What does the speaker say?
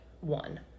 one